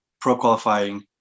pro-qualifying